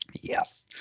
Yes